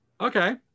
Okay